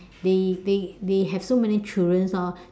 they they they have so many children orh